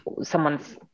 someone's